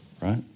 right